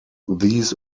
these